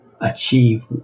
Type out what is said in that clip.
achieve